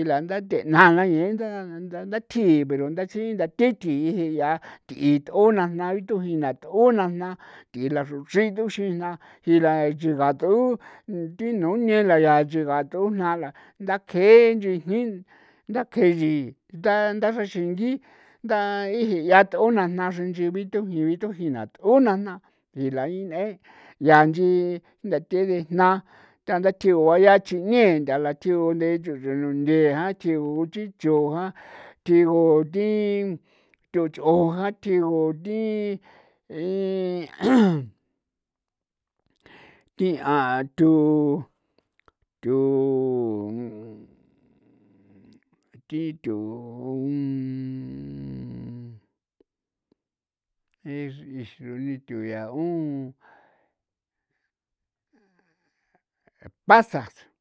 ila nda la ithena na yee nda nda thji pero nda thji nda thi thjii je'a thi' it'ona jna bituji na thu'una jna thii la xruxriduxin jna chila gath'u thi nu ne la yaa chi ngath'u jna la ndaakje'en nchijni ndakjeyii nda xraxingi nda ji'ia th'una jna xrinchi bithujin bithujin na th'una jna jna ala ine'e yaa nchi jnde then bijna tanda thji'u guaya chinee ntha la thiu nthe chru chru nunthe ja'an thjiu'u chi chu ja thjigu thi thuts'on jan, thjigu thi thi an thu thu thi thu kexreen di'in thu yaa nu pasas.